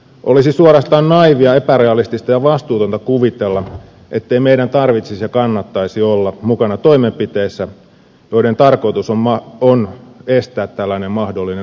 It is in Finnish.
olisi suorastaan naiivia epärealistista ja vastuutonta kuvitella ettei meidän tarvitsisi ja kannattaisi olla mukana toimenpiteissä joiden tarkoitus on estää tällainen mahdollinen uusi katastrofi